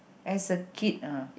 as a kid ah